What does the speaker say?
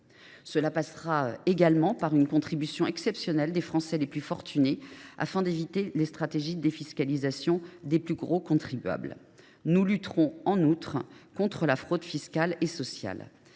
Cela passera également par une contribution exceptionnelle des Français les plus fortunés, afin d’éviter les stratégies de défiscalisation des plus gros contribuables. Nous lutterons en outre contre la fraude fiscale et sociale.